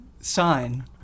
sign